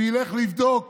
שילך לבדוק